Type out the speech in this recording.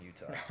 Utah